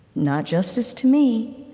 not justice to me.